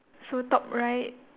so top right